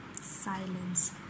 silence